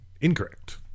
Incorrect